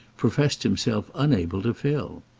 professed himself unable to fill.